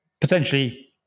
potentially